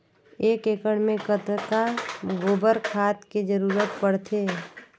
एक एकड़ मे कतका गोबर खाद के जरूरत पड़थे?